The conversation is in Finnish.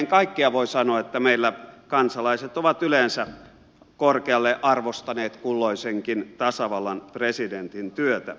kaiken kaikkiaan voi sanoa että meillä kansalaiset ovat yleensä korkealle arvostaneet kulloisenkin tasavallan presidentin työtä